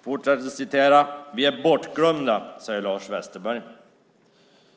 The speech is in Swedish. Citatet fortsätter: "- Vi är bortglömda, säger Lars Westerberg.